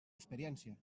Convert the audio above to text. experiència